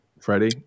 Freddie